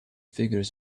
figures